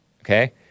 okay